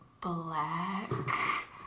black